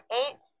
eight